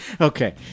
okay